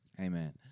amen